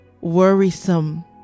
worrisome